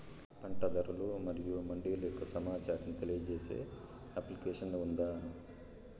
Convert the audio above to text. పంట ధరలు మరియు మండీల యొక్క సమాచారాన్ని తెలియజేసే అప్లికేషన్ ఉందా?